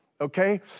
okay